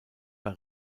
bei